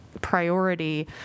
priority